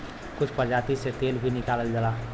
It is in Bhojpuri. कुछ प्रजाति से तेल भी निकालल जाला